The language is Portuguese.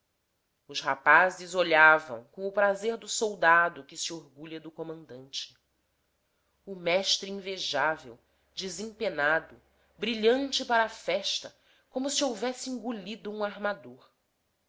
os rapazes olhavam com o prazer do soldado que se orgulha do comandante o mestre invejável desempenado brilhante para a festa como se houvesse engolido um armador